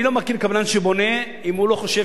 אני לא מכיר קבלן שבונה אם הוא לא חושב